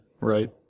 Right